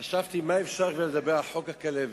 חשבתי מה כבר אפשר לדבר על חוק הכלבת,